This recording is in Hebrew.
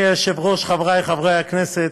אדוני היושב-ראש, חברי חברי הכנסת,